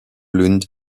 lund